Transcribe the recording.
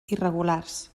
irregulars